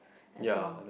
as long